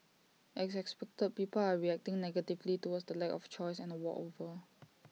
as expected people are reacting negatively towards the lack of choice and A walkover